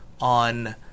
on